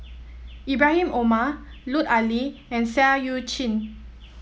Ibrahim Omar Lut Ali and Seah Eu Chin